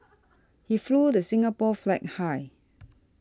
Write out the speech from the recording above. he flew the Singapore flag high